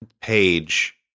page